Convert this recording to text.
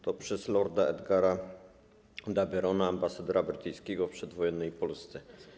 To przez Lorda Edgara D’Abernona, ambasadora brytyjskiego w przedwojennej Polsce.